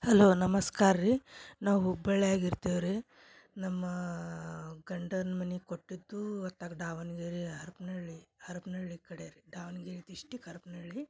hello ನಮಸ್ಕಾರ ರೀ ನಾವು ಹುಬ್ಬಳ್ಯಾಗ ಇರ್ತೀವಿ ರೀ ನಮ್ಮ ಗಂಡನ ಮನೆ ಕೊಟ್ಟಿದ್ದು ಅತ್ತ ದಾವಣ್ಗೆರೆ ಹರ್ಪನಳ್ಳಿ ಹರ್ಪನಳ್ಳಿ ಕಡೆ ರೀ ದಾವಣ್ಗೆರೆ ಡಿಸ್ಟಿಕ್ ಹರ್ಪನಳ್ಳಿ